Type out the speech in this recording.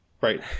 Right